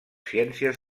ciències